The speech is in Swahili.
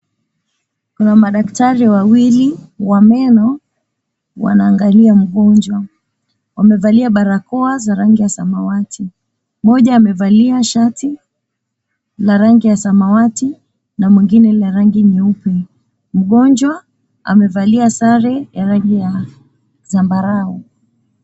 Kuna madaktari wawili wa meno wanaangalia mgonjwa. Wamevalia barakoa za rangi ya samawati. Mmoja amevalia shati la rangi ya samawati na mwengine la rangi nyeupe. Mgonjwa amevalia sare ya rangi ya zambarau.